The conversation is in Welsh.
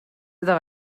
iddo